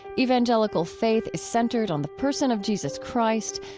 evangelical faith is centered on the person of jesus christ,